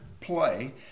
play